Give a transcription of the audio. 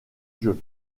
jeu